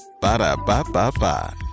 Ba-da-ba-ba-ba